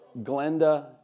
Glenda